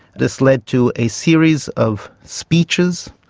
this led to a series of speeches,